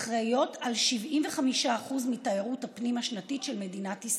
אחראיות ל-75% מתיירות הפנים השנתית של מדינת ישראל.